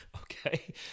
Okay